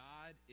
God